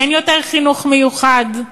אין יותר חינוך מיוחד,